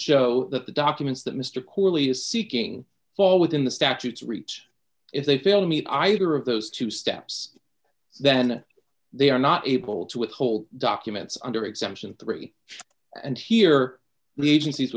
show that the documents that mr cooley is seeking for within the statute reads if they fail me either of those two steps then they are not able to withhold documents under exemption three and here the agencies